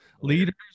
leaders